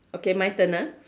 okay my turn ah